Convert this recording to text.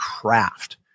craft